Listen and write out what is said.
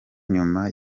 nyuma